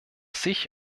sich